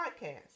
podcast